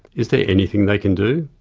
is there anything they can do?